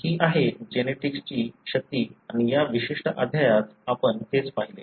तर हि आहे जेनेटिक्सची शक्ती आणि या विशिष्ट अध्यायात आपण तेच पाहिले